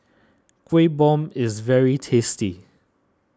Kueh Bom is very tasty